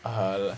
err !huh!